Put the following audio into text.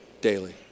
Daily